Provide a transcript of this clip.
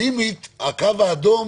הקו האדום